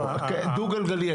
דו גלגלי.